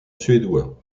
suédois